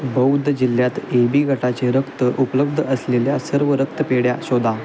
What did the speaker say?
बौध जिल्ह्यात A B गटाचे रक्त उपलब्ध असलेल्या सर्व रक्तपेढ्या शोधा